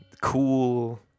cool